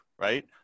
right